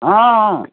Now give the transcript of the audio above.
ହଁଁ ହଁ